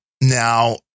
now